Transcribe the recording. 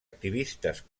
activistes